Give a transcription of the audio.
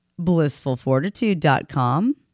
blissfulfortitude.com